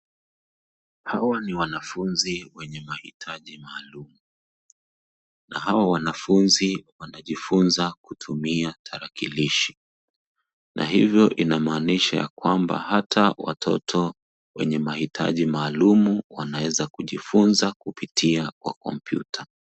Hawa ni wanafunzi wenye mahitaji maalum, na hawa wanafunzi wanajifunza kutumia tarakilishi, na hivyo inamanisha ya kwamba hata watoto wenye mahitaji maalum wanaweza kujifunza kupitia kwa kompyuta.